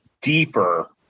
deeper